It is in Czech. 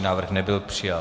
Návrh nebyl přijat.